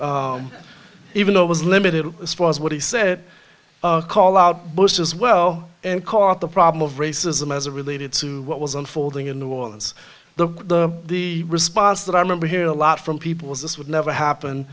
even though it was limited as far as what he said call out bush as well and caught the problem of racism as a related to what was unfolding in new orleans the the response that i remember here a lot from people was this would never happen